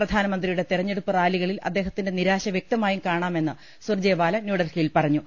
പ്രധാനമന്ത്രിയുടെ തിരഞ്ഞെടുപ്പ് റാലികളിൽ അദ്ദേഹത്തിന്റെ നിരാശ വൃക്ത മായും കാണാമെന്ന് സുർജേവാല ന്യൂഡൽഹിയിൽ പറഞ്ഞു